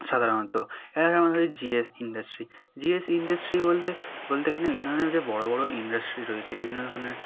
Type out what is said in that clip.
সাধারণত আমাদের GS industry GS industry বলতে বলতে কিনা বিভিন্ন ধরনের যে বড় বড় ইন্ডাস্ট্রি রয়েছে বিভিন্ন ধরনের